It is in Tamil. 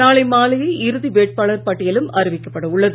நாளை மாலையே இறுதி வேட்பாளர் பட்டியலும் அறிவிக்கப்பட உள்ளது